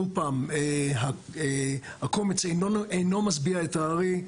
שוב פעם, הקומץ אינו משביע את הארי.